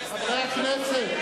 חברי הכנסת,